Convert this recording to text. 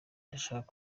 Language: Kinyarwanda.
ndashaka